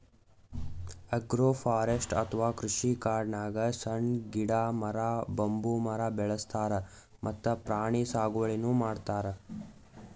agroforestry ಅಥವಾ ಕೃಷಿಕಾಡ್ನಾಗ್ ಸಣ್ಣ್ ಗಿಡ, ಮರ, ಬಂಬೂ ಮರ ಬೆಳಸ್ತಾರ್ ಮತ್ತ್ ಪ್ರಾಣಿ ಸಾಗುವಳಿನೂ ಮಾಡ್ತಾರ್